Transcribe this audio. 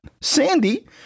Sandy